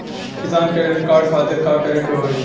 किसान credit card खातिर का करे के होई?